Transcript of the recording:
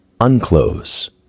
unclose